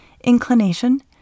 inclination